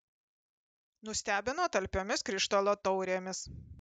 nustebino talpiomis krištolo taurėmis